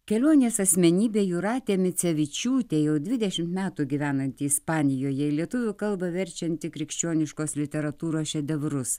kelionės asmenybė jūratė micevičiūtė jau dvidešimt metų gyvenanti ispanijoje į lietuvių kalbą verčianti krikščioniškos literatūros šedevrus